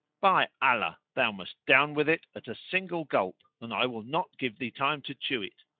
by allah, thou must down with it at a single gulp and i will not give thee time to chew it.